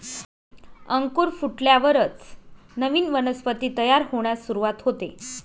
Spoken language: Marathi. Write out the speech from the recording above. अंकुर फुटल्यावरच नवीन वनस्पती तयार होण्यास सुरूवात होते